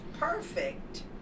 perfect